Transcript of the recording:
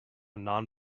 non